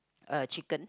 a chicken